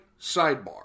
sidebar